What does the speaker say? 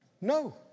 No